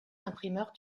imprimeurs